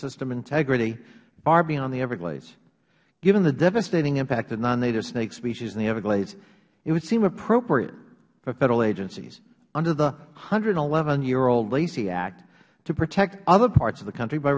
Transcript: system integrity far beyond the everglades given the devastating impact of non native snake species in the everglades it would seem appropriate for federal agencies under the one hundred and eleven year old lacey act to protect other parts of the country by